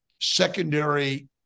secondary